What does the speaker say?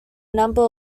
number